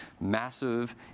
massive